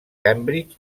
cambridge